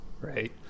Right